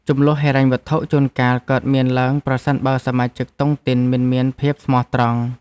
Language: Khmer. ជម្លោះហិរញ្ញវត្ថុជួនកាលកើតមានឡើង ប្រសិនបើសមាជិកតុងទីនមិនមានភាពស្មោះត្រង់។